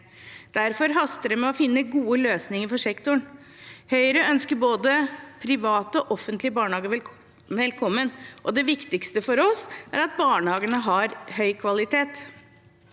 Derfor haster det med å finne gode løsninger for sektoren. Høyre ønsker både private og offentlige barnehager velkommen; det viktigste for oss er at barnehagene har høy kvalitet.